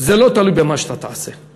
זה לא תלוי במה שאתה תעשה.